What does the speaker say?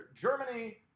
germany